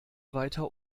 weiter